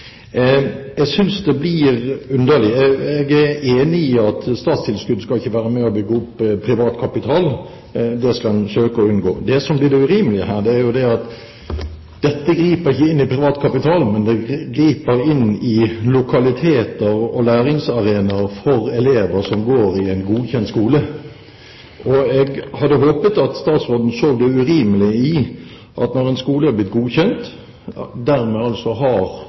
Jeg synes dette blir underlig. Jeg er enig i at statstilskudd ikke skal være med på å bygge opp privat kapital. Det skal en søke å unngå. Det som blir urimelig her, er at dette ikke griper inn i privat kapital, det griper inn i lokaliteter og læringsarenaer for elever som går i en godkjent skole. Jeg hadde håpet at statsråden så det urimelige i at når en skole er blitt godkjent, og dermed har